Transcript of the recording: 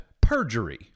perjury